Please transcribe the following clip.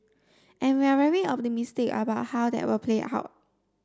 and we're very optimistic about how that will play